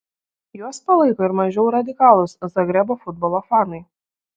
juos palaiko ir mažiau radikalūs zagrebo futbolo fanai